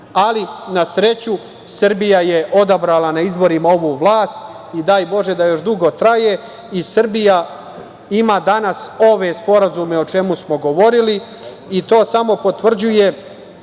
Na sreću, Srbija je odabrala na izborima ovu vlast i daj bože da još dugo traje. Srbija ima danas ove sporazume o čemu smo govorili i to samo potvrđuje